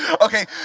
Okay